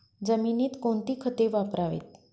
जमिनीत कोणती खते वापरावीत?